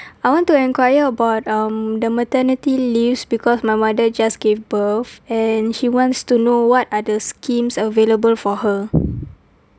I want to inquire about um the maternity leaves because my mother just gave birth and she wants to know what are the scheme available for her